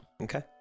Okay